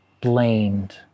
blamed